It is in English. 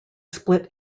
split